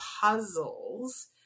puzzles